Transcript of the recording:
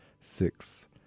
six